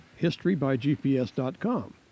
historybygps.com